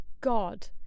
God